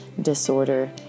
disorder